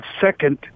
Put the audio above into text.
second